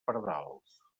pardals